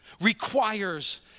requires